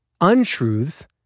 untruths